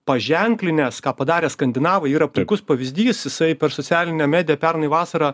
paženklinęs ką padarė skandinavai yra puikus pavyzdys jisai per socialinę mediją pernai vasarą